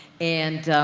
and, ah,